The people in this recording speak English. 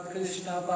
Krishna